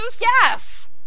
Yes